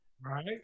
Right